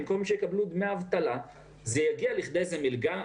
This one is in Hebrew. במקום שיקבלו דמי אבטלה זה יגיע לכדי איזו מלגה,